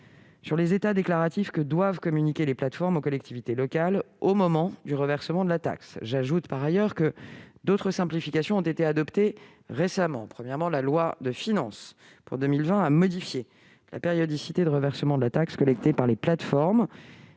sur les états déclaratifs que doivent communiquer les plateformes aux collectivités locales au moment du reversement de la taxe. Par ailleurs, d'autres simplifications ont été adoptées récemment. Premièrement, la loi de finances pour 2020 a modifié la périodicité de reversement de la taxe collectée par les plateformes.